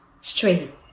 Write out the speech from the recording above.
straight